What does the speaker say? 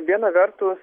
viena vertus